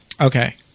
Okay